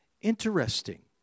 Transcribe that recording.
Interesting